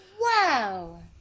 Wow